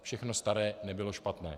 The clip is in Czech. Všechno staré nebylo špatné.